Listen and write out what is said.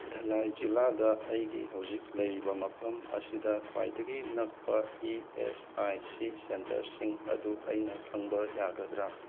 ꯙꯂꯥꯏ ꯖꯤꯂꯥꯗ ꯑꯩꯒꯤ ꯍꯧꯖꯤꯛ ꯂꯩꯔꯤꯕ ꯃꯐꯝ ꯑꯁꯤꯗ ꯈ꯭ꯋꯥꯏꯗꯒꯤ ꯅꯛꯄ ꯏ ꯑꯦꯁ ꯑꯥꯏ ꯁꯤ ꯁꯦꯟꯇꯔꯁꯤꯡ ꯑꯗꯨ ꯑꯩꯅ ꯈꯪꯕ ꯌꯥꯒꯗ꯭ꯔ